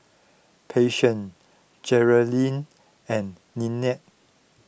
Patience Jerrilyn and Nelie